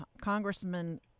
congressman